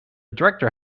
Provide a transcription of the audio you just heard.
director